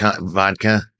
vodka